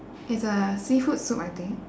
it's a seafood soup I think